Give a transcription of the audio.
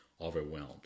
overwhelmed